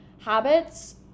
habits